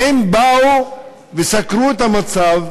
הם באו וסקרו את המצב,